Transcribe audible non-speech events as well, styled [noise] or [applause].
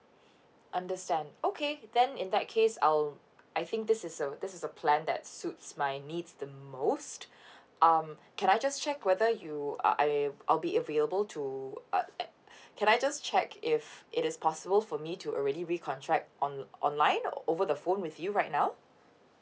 understand okay then in that case I'll I think this is a this is a plan that suits my needs the most [breath] um can I just check whether you uh I am I'll be available to uh uh can I just check if it is possible for me to already recontract on online o~ over the phone with you right now